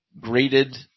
graded